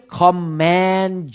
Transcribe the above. command